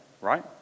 right